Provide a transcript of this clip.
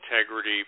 integrity